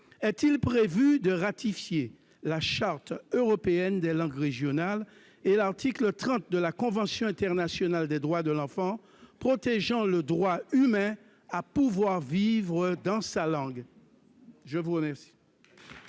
est-il prévu de ratifier la Charte européenne des langues régionales ou minoritaires, et l'article 30 de la Convention internationale des droits de l'enfant protégeant le droit humain à pouvoir vivre dans sa langue ? La parole